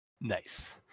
nice